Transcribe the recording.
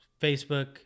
Facebook